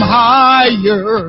higher